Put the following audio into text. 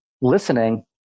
listening